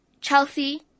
Chelsea